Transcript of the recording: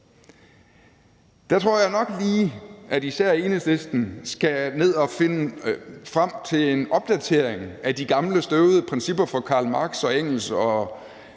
Der tror jeg nok lige, at især Enhedslisten skal ned og finde frem til en opdatering af de gamle støvede principper fra Karl Marx og Engels og